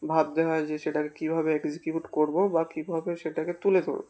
ভাবতে হয় যে সেটাকে কীভাবে এক্সিকিউট করব বা কীভাবে সেটাকে তুলে ধরব